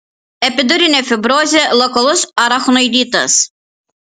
epidurinė fibrozė lokalus arachnoiditas